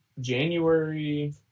January